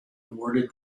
awarded